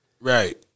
Right